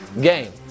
game